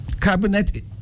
Cabinet